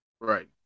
Right